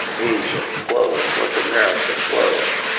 ah asia closed north america closed.